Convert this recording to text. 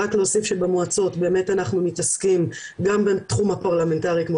רק להוסיף שבאמת במועצות אנחנו מתעסקים גם בתחום הפרלמנטרי כמו